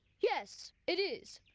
yes it is.